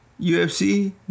UFC